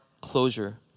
closure